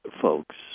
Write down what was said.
folks